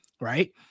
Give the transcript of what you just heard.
Right